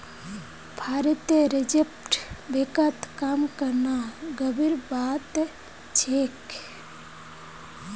भारतीय रिजर्व बैंकत काम करना गर्वेर बात छेक